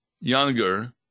younger